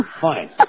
Fine